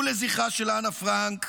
ולזכרה של אנה פרנק,